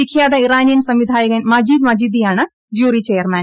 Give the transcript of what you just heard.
വിഖ്യാത ഇറാനിയൻ സംവിധായകൻ മജീദ് മജീദിയാണ് ജൂറി ചെയർമാൻ